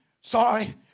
sorry